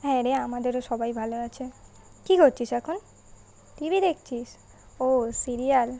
হ্যাঁ রে আমাদেরও সবাই ভালো আছে কী করছিস এখন টিভি দেখছিস ও সিরিয়াল